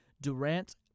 Durant